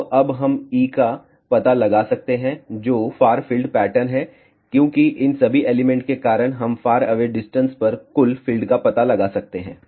तो अब हम E का पता लगा सकते हैं जो फार फील्ड पैटर्न है क्योंकि इन सभी एलिमेंट के कारण हम फार अवे डिस्टेंस पर कुल फील्ड का पता लगा सकते हैं